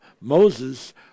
Moses